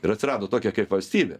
ir atsirado tokia kaip valstybė